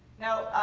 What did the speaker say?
now